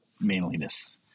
manliness